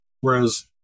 whereas